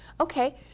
Okay